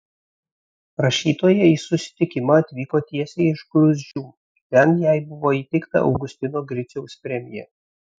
rašytoja į susitikimą atvyko tiesiai iš gruzdžių ten jai buvo įteikta augustino griciaus premija